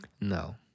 No